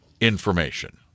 information